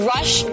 Rush